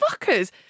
fuckers